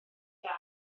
ddau